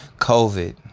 COVID